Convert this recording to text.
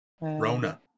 Rona